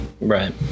Right